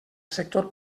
sector